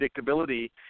predictability